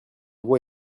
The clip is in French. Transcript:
voie